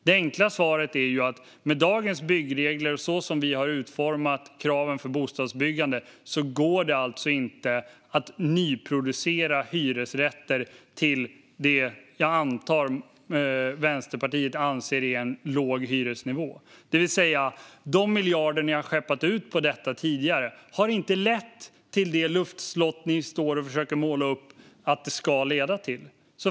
Det enkla svaret är att det med dagens byggregler - så som vi har utformat kraven för bostadsbyggande - inte går att nyproducera hyresrätter med det som jag antar att Vänsterpartiet anser är en låg hyresnivå. De miljarder som ni har skeppat ut till detta tidigare har alltså inte lett till det lusthus som ni försöker måla upp att det ska leda till.